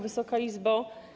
Wysoka Izbo!